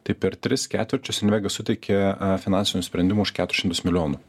tai per tris ketvirčius invega suteikė finansinių sprendimų už keturis šimtus milijonų